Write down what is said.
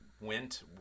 went